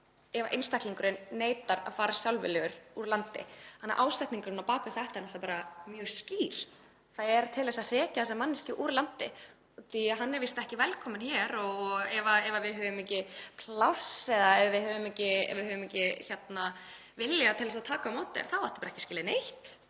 ef einstaklingurinn neitar að fara sjálfviljugur úr landi, þannig að ásetningurinn á bak við þetta er mjög skýr. Það er til að hrekja þessa manneskju úr landi því að hún er víst ekki velkomin hér. Ef við höfum ekki pláss eða ef við höfum ekki vilja til að taka á móti þér þá áttu bara ekki skilið neitt,